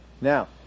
Now